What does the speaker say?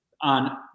on